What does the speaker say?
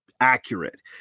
accurate